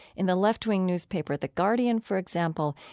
in the left-wing newspaper the guardian, for example,